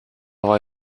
avoir